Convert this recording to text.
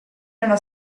nella